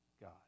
God